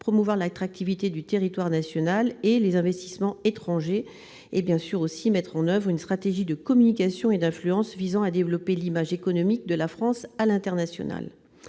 promouvoir l'attractivité du territoire national et les investissements étrangers, et de mettre en oeuvre une stratégie de communication et d'influence visant à développer l'image économique de la France à l'international.